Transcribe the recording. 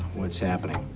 what's happening?